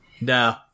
No